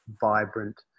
vibrant